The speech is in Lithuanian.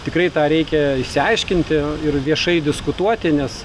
tikrai tą reikia išsiaiškinti ir viešai diskutuoti nes